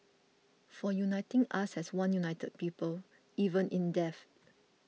for uniting us as one united people even in death